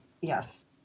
Yes